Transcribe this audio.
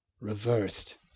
reversed